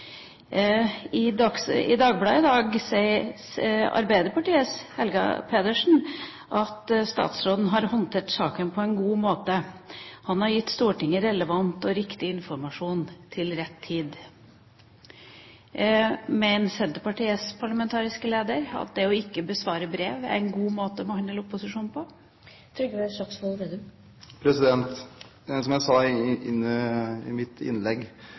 I Dagbladet i dag sier Arbeiderpartiets Helga Pedersen at statsråden «har håndtert saken på en god måte. Han har gitt Stortinget relevant og riktig informasjon til rett tid». Mener Senterpartiets parlamentariske leder at det ikke å besvare brev er en god måte å behandle opposisjonen på? Som jeg sa i mitt innlegg: Opplysningsplikten er selve nerven i